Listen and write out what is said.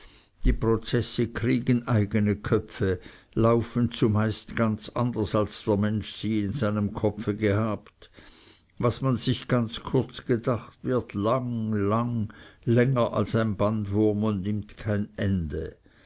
die prozesse kriegen eigene köpfe laufen meist ganz anders als der mensch in seinem kopfe gehabt was man sich ganz kurz gedacht wird lang lang länger als ein bandwurm und nimmt kein ende